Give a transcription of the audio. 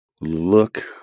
look